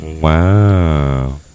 Wow